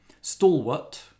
Stalwart